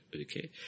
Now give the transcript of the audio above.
Okay